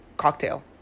cocktail